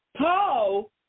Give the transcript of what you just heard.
Paul